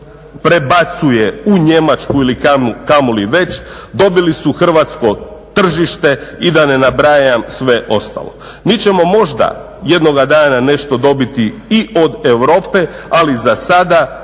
normalno prebacuje u Njemačku ili kamoli već, dobili su hrvatsko tržište i da ne nabrajam sve ostalo. Mi ćemo možda jednoga dana nešto dobiti i od Europe, ali za sada